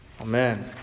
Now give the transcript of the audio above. Amen